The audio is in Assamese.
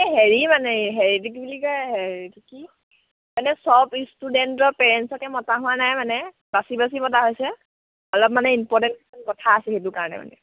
এ হেৰি মানে হেৰি এইটো কি বুলি কয় কি মানে চব ষ্টুডেণ্টৰ পেৰেণ্টছকে মতা হোৱা নাই মানে বাছি বাছি মতা হৈছে অলপ মানে ইম্পৰ্টেণ্ট কিছুমান কথা আছে সেইটো কাৰণে মানে